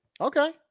Okay